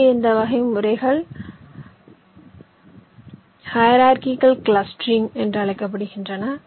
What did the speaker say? இங்கே இந்த வகை முறைகள் ஹையர்ஆர்கிகள் கிளஸ்டரிங் என்று அழைக்கப்படுகின்றன